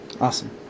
Awesome